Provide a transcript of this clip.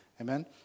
Amen